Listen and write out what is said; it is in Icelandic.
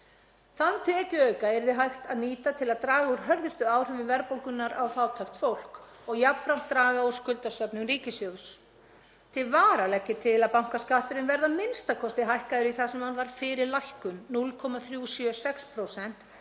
Þann tekjuauka yrði hægt að nýta til að draga úr hörðustu áhrifum verðbólgunnar á fátækt fólk og jafnframt draga úr skuldasöfnun ríkissjóðs. Til vara legg ég til að bankaskatturinn verði a.m.k. hækkaður í það sem hann var fyrir lækkun, 0,376%,